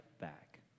back